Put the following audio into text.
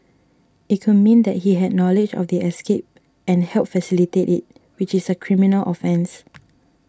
it could mean that he had knowledge of the escape and helped facilitate it which is a criminal offence